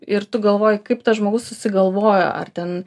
ir tu galvoji kaip tas žmogus susigalvojo ar ten